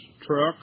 trucks